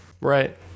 right